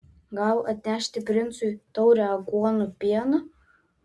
gal atnešti princui taurę aguonų pieno